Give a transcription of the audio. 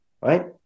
right